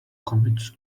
commits